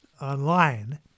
online